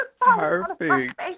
perfect